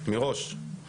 מראש.